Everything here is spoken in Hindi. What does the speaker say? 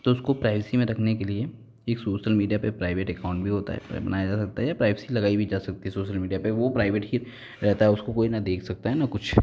तो उसको प्राइवेसी में रखने के लिए एक सोसल मीडिया पे प्राइवेट एकाउन्ट भी होता है बनाया जा सकता है या प्राइवेसी लगाई भी जा सकती है सोसल मीडिया पे वो प्राइवेट ही रहता है उसको कोई न देख सकता है न कुछ